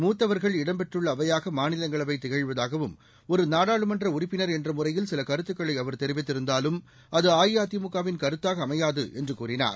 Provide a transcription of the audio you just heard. மூத்தவர்கள் இடம்பெற்றுள்ள அவையாக மாநிலங்களவை திகழ்வதாகவும் ஒரு நாடாளுமன்ற உறுப்பினர் என்ற முறையில் சில கருத்துக்களை அவர் தெரிவித்திருந்தாலும் அது அஇஅதிமுகவின் கருத்தாக அமையாது என்று கூறினார்